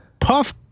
Puff